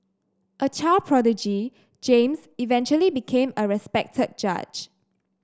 a child prodigy James eventually became a respected judge